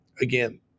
again